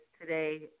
today